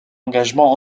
engagement